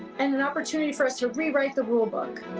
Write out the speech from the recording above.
and an opportunity for us to rewrite the rule book.